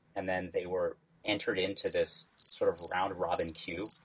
and then they were entered into this sort of round robin queue,